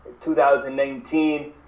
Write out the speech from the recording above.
2019